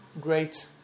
great